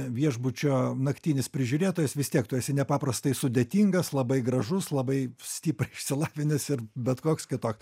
viešbučio naktinis prižiūrėtojas vis tiek tu esi nepaprastai sudėtingas labai gražus labai stipriai išsilavinęs ir bet koks kitoks